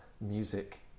music